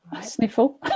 Sniffle